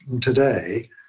today